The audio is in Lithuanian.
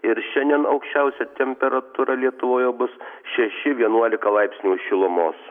ir šiandien aukščiausia temperatūra lietuvoje bus šeši vienuolika laipsnių šilumos